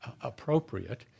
appropriate